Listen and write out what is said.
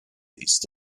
ist